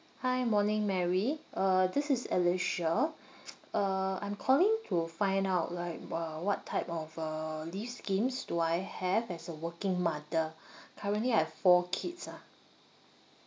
hi morning mary uh this is alicia uh I'm calling to find out like uh what type of uh leave schemes do I have as a working mother currently I have four kids ah